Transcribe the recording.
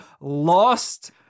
lost